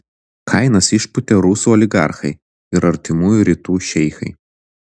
kainas išpūtė rusų oligarchai ir artimųjų rytų šeichai